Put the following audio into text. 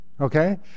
okay